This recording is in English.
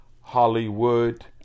Hollywood